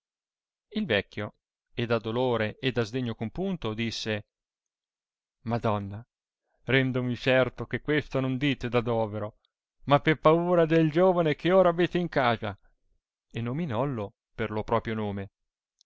il vecchio e da dolore e da sdegno compunto disse madonna rendomi certo che questo non dite da dovero ma per paura del giovane che ora avete in casa e nominollo per lo proprio nome